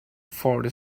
for